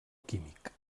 químic